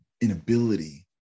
inability